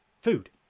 food